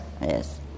yes